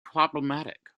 problematic